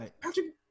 Patrick